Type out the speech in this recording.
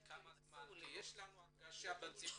אסור לי --- יש לנו הרגשה בציבור,